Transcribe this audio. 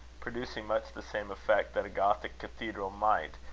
producing much the same effect that a gothic cathedral might,